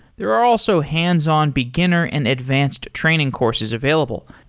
there are also hands-on beginner and advanced training courses available,